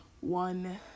one